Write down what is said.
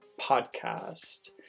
podcast